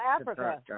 Africa